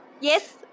Yes